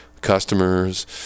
customers